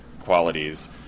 qualities